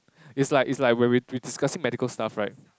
it's like it's like when we we discussing medical stuff right